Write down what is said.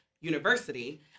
University